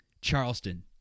Charleston